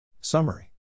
Summary